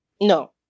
No